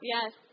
Yes